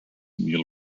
neil